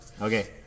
Okay